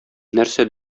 нәрсә